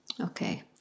Okay